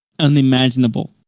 unimaginable